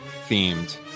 themed